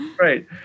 right